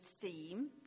theme